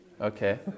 Okay